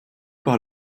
par